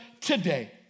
today